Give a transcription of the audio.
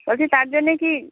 বলছি তার জন্যে কি